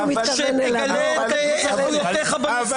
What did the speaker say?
שנגלה את איכויותייך בנושאים האלה.